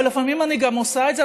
ולפעמים אני גם עושה את זה.